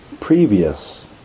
previous